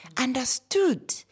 understood